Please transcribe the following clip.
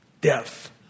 Death